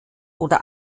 oder